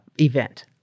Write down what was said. event